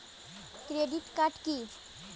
Credit card key?